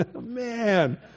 man